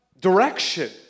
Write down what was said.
direction